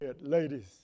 ladies